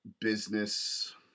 business